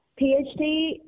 PhD